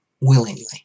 willingly